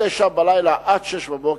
מ-21:00 עד 06:00,